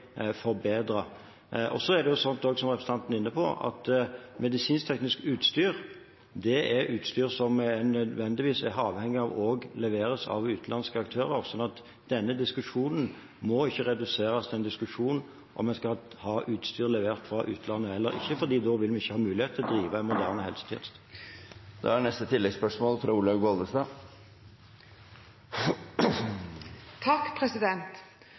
Som representanten var inne på, medisinsk-teknisk utstyr er utstyr som man nødvendigvis er avhengig av at leveres av utenlandske aktører. Denne diskusjonen må ikke reduseres til en diskusjon om hvorvidt vi skal ha utstyr levert fra utlandet eller ikke, for da vil vi ikke ha mulighet til å drive en moderne